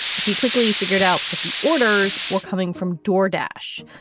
he quickly figured out that the orders were coming from door dash.